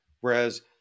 Whereas